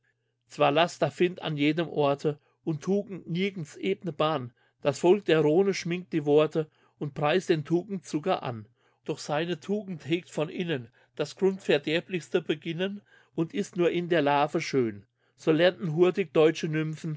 zwar laster find an jedem orte und tugend nirgends ebne bahn das volk der rhone schminkt die worte und preist den tugendzucker an doch seine tugend hegt von innen das grundverderblichste beginnen und ist nur in der larve schön so lernten hurtig